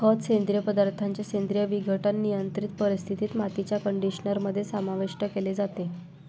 खत, सेंद्रिय पदार्थांचे सेंद्रिय विघटन, नियंत्रित परिस्थितीत, मातीच्या कंडिशनर मध्ये समाविष्ट केले जाते